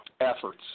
efforts